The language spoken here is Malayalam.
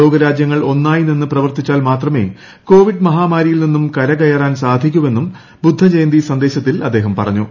ലോകരാജ്യങ്ങൾ ഒന്നായി നിന്ന് പ്രവർത്തിച്ചാൽ മാത്രമേ കോവിഡ് മഹാമാരിയിൽ നിന്ന് കരകയറാൻ സാധിക്കൂവെന്നും ബുദ്ധജയന്തി സന്ദേശത്തിൽ അദ്ദേഹം പറഞ്ഞു